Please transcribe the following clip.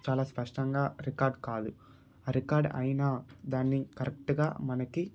చాలా స్పష్టంగా రికార్డ్ కాదు రికార్డ్ అయినా దాన్ని కరెక్ట్గా మనకి